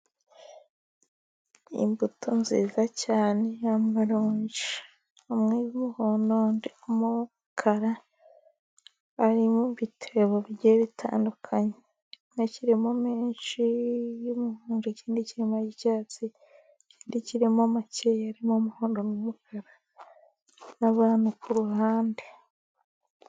Imbuto nziza cyane ni maronji. Imwe y'uhondo, indi y'umukara. Ari mubitebo bigiye bitandukanye, kimwe kiririmo menshi, ikindi kirimo ay'icyatsi, ikindi kirimo makeya arimo umuhondo n'umukara. N'abantu ku ruhande.